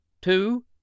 two